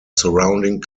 surrounding